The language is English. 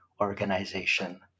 organization